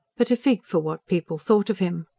but a fig for what people thought of him!